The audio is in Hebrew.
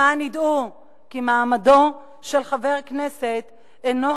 למען ידעו כי מעמדו של חבר כנסת אינו